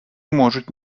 можуть